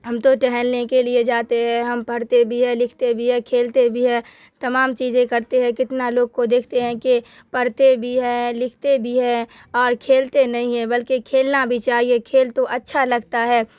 ہم تو ٹہلنے کے لیے جاتے ہیں ہم پڑھتے بھی ہے لکھتے بھی ہے کھیلتے بھی ہے تمام چیزیں کرتے ہے کتنا لوگ کو دیکھتے ہیں کہ پڑھتے بھی ہیں لکھتے بھی ہیں اور کھیلتے نہیں ہیں بلکہ کھیلنا بھی چاہیے کھیل تو اچھا لگتا ہے